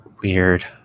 Weird